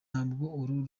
uru